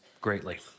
greatly